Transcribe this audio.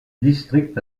district